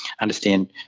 understand